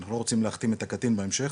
אנחנו לא רוצים להכתים את הקטין בהמשך,